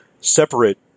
separate